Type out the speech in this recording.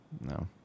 No